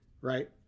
right